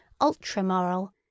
ultra-moral